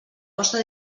vostra